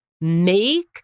make